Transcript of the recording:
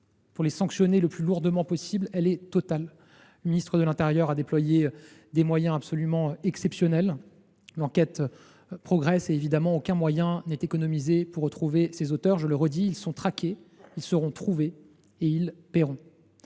pour les sanctionner le plus lourdement possible, est totale. Le ministre de l’intérieur a déployé des moyens absolument exceptionnels. L’enquête progresse ; évidemment, aucun moyen n’est économisé pour retrouver ces criminels. Je le redis : ils sont traqués, ils seront trouvés et ils paieront